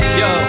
yo